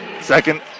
Second